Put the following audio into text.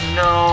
no